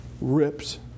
ripped